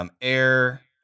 air